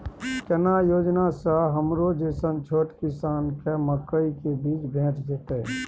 केना योजना स हमरो जैसन छोट किसान के मकई के बीज भेट जेतै?